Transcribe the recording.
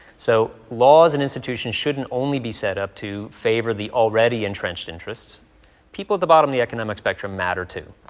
so, laws and institutions shouldn't only be set up to favor the already entrenched interests people at the bottom of the economic spectrum matter, too.